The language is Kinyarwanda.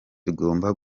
tugomba